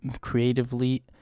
creatively